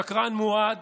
שקרן מועד